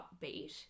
upbeat